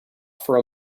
for